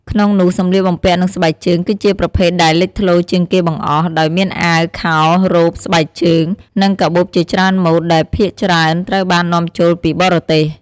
ក្នុងនោះ សម្លៀកបំពាក់ និងស្បែកជើង គឺជាប្រភេទដែលលេចធ្លោជាងគេបង្អស់ ដោយមានអាវ ខោ រ៉ូប ស្បែកជើង និងកាបូបជាច្រើនម៉ូដ ដែលភាគច្រើនត្រូវបាននាំចូលពីបរទេស។